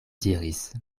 diris